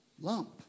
lump